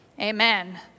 Amen